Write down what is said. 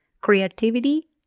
creativity